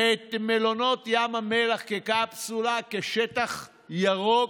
ואת מלונות ים המלח כקפסולה, כשטח ירוק,